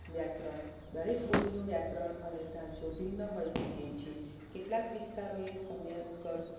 વ્યાકરણ દરેક બોલીનું વ્યાકરણ અને ધાજો ભિન્ન હોય શકે છે કેટલાક વિસ્તારોએ સમય અનુકર